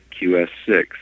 QS6